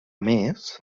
més